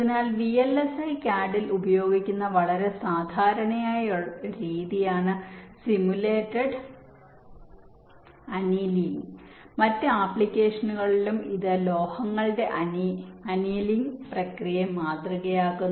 അതിനാൽ VLSI CAD ൽ ഉപയോഗിക്കുന്ന വളരെ സാധാരണയായി ഉപയോഗിക്കുന്ന ഒരു രീതിയാണ് സിമുലേറ്റഡ് അനിയലിംഗ് മറ്റ് ആപ്ലിക്കേഷനുകളിലും ഇത് ലോഹങ്ങളുടെ അനിയലിംഗ് പ്രക്രിയയെ മാതൃകയാക്കുന്നു